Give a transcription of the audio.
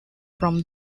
from